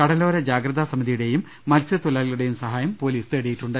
കടലോര ജാഗ്രതാ സമിതിയുടെയും മത്സ്യതൊഴിലാളികളു ടെയും സഹായം പൊലീസ് തേടിയിട്ടുണ്ട്